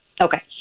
Okay